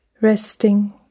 resting